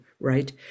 Right